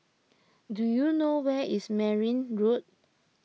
do you know where is Merryn Road